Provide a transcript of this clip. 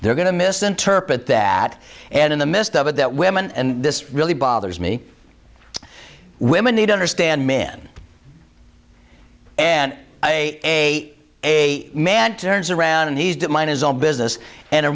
they're going to misinterpret that and in the midst of it that women and this really bothers me women need to understand men and a a a man turns around a need to mind his own business and a